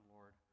Lord